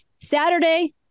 Saturday